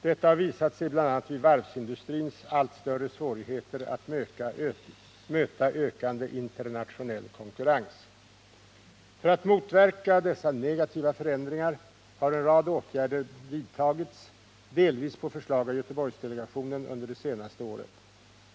Detta har visat sig bl.a. i varvsindustrins allt större svårigheter att möta ökande internationell konkurrens. För att motverka dessa negativa förändringar har en rad åtgärder vidtagits delvis på förslag av Göteborgsdelegationen under det senaste året.